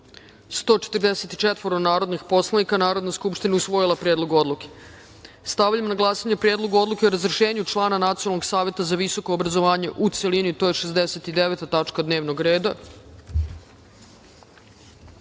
144 narodnih poslanika. Narodna skupština usvojila je Predlog odluke. Stavljam na glasanje Predlog odluke o razrešenju člana Nacionalnog saveta za visoko obrazovanje u celini. To je 69. tačka dnevnog